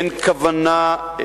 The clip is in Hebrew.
אין כוונה,